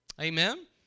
amen